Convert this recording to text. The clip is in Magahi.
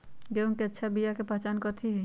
गेंहू के अच्छा बिया के पहचान कथि हई?